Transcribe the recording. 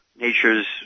Nature's